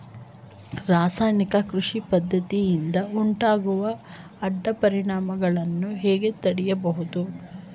ರಾಸಾಯನಿಕ ಕೃಷಿ ಪದ್ದತಿಯಿಂದ ಉಂಟಾಗುವ ಅಡ್ಡ ಪರಿಣಾಮಗಳನ್ನು ಹೇಗೆ ತಡೆಯಬಹುದು?